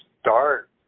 start